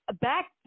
Back